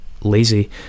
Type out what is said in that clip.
lazy